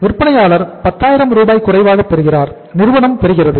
விற்பனையாளர் பத்தாயிரம் ரூபாய் குறைவாக பெறுகிறார் நிறுவனம் பெறுகிறது